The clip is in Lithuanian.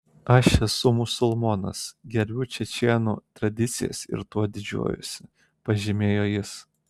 aš esu musulmonas gerbiu čečėnų tradicijas ir tuo didžiuojuosi pažymėjo jis